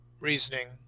reasoning